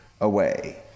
away